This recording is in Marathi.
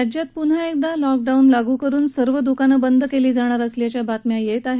राज्यात परत एकदा लॉकडाऊन लागू करुन सर्व दुकानं बंद केली जाणार असल्याच्या बातम्या येत आहेत